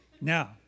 Now